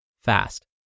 fast